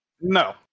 No